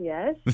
Yes